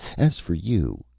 as for you,